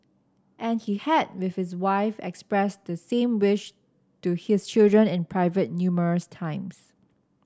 and he had with his wife expressed the same wish to his children in private numerous times